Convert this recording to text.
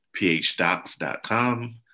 phdocs.com